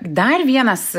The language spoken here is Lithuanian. dar vienas